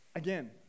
again